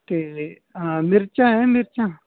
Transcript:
ਤੇ ਹਾਂ ਮਿਰਚਾਂ ਹੈ ਮਿਰਚਾਂ